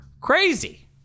crazy